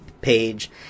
page